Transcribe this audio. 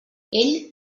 ell